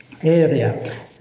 area